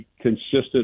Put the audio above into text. consistent